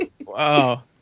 Wow